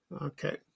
Okay